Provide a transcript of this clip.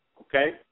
Okay